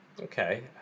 Okay